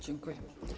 Dziękuję.